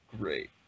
great